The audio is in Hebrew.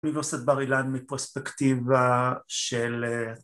‫באוניברסיטת בר אילן ‫מפרספקטיבה של...